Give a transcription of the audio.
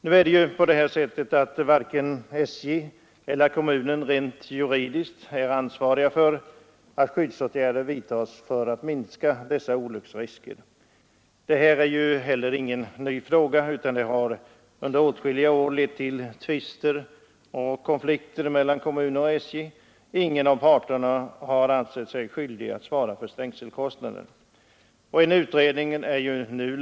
Nu är det så att varken SJ eller kommunen rent juridiskt är ansvariga för att skyddsåtgärder vidtas för att minska sådana olycksrisker, och denna fråga är heller inte ny utan har under åtskilliga år föranlett tvister och konflikter mellan kommuner och SJ. Ingen av parterna har ansett sig skyldig att svara för stängselkostnaderna. Nu har dock en utredning lagt fram sitt betänkande.